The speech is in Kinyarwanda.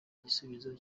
igisubizo